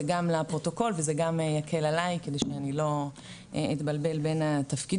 זה גם לפרוטוקול וזה גם יקל עלי כדי שאני לא אתבלבל בין התפקידים.